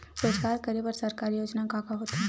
रोजगार करे बर सरकारी योजना का का होथे?